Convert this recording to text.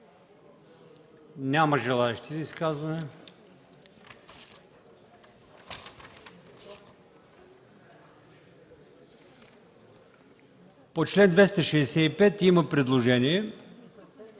Няма желаещи за изказвания. По чл. 265 има предложение